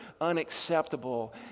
unacceptable